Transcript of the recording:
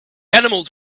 animals